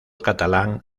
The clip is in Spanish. catalán